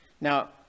Now